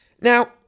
Now